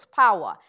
power